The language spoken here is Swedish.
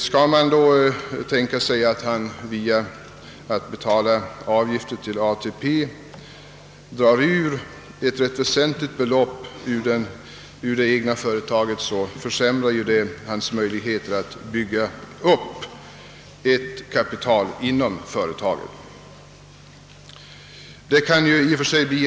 Skall han genom att betala avgifter till ATP dra bort ett rätt väsentligt belopp från (det egna företaget, försämras hans möjligheter att bygga upp ett kapital inom företaget.